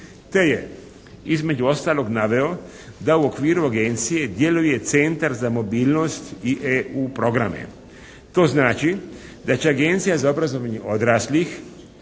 te je između ostalog naveo da u okviru Agencije djeluje centar za mobilnost i EU programe. To znači da će Agencija za obrazovanje odraslih,